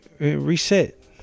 reset